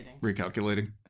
Recalculating